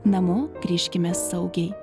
namo grįžkime saugiai